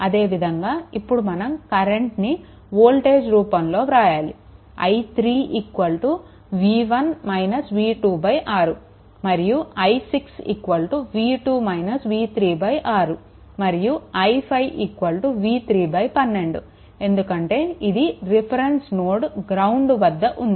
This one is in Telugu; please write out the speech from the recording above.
అదేవిధంగా ఇప్పుడు మనం కరెంట్ని వోల్టేజ్ రూపంలో వ్రాయాలి i3 v1 - v26 మరియు i6 6 మరియు i5 v312 ఎందుకంటే ఇది రిఫరెన్స్ నోడ్గ్రౌండ్ వద్ద ఉంది